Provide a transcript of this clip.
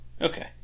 Okay